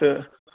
تہٕ